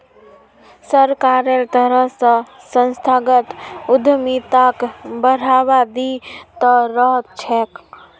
सरकारेर तरफ स संस्थागत उद्यमिताक बढ़ावा दी त रह छेक